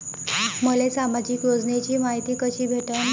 मले सामाजिक योजनेची मायती कशी भेटन?